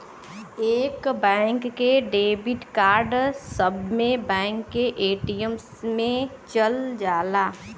एक बैंक के debit card सब्बे बैंक के ए.टी.एम मे चल जाला